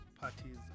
parties